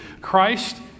Christ